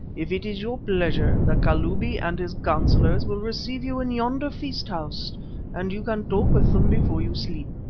if it is your pleasure, the kalubi and his councillors will receive you in yonder feast-house and you can talk with them before you sleep.